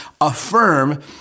affirm